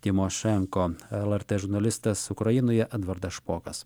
tymošenko lrt žurnalistas ukrainoje edvardas špokas